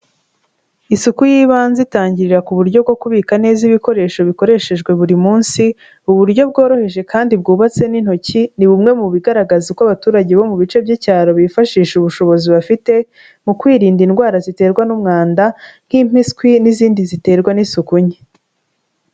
Isuku y'ibanze itangirira ku buryo bwo kubika neza ibikoresho bikoreshejwe buri munsi, uburyo bworoheje kandi bwubatse n'intoki ni bumwe mu bigaragaza uko abaturage bo mu bice by'icyaro bifashisha ubushobozi bafite mu kwirinda indwara ziterwa n'umwanda nk'impiswi n'izindi ziterwa n'isuku nke.